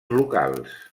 locals